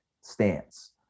stance